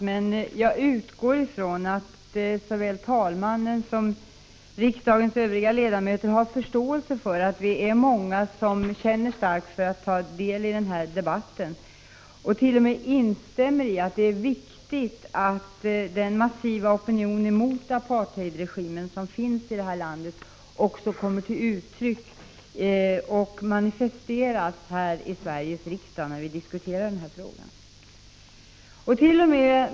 Men jag utgår från att såväl talmannen som riksdagens övriga ledamöter har förståelse för att vi är många som känner starkt för att ta del i den här debatten och t.o.m. instämmer i att det är viktigt att den massiva opinion mot apartheidregimen som finns i vårt land också kommer till uttryck och manifesteras här i Sveriges riksdag, när denna fråga behandlas.